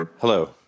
Hello